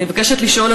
אני מבקשת לשאול,